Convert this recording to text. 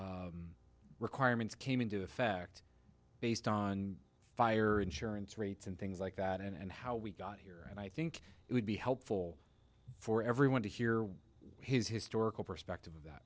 requirements came into the fact based on fire insurance rates and things like that and how we got here and i think it would be helpful for everyone to hear his historical perspective that